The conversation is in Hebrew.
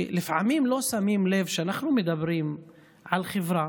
לפעמים לא שמים לב שאנחנו מדברים על חברה